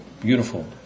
beautiful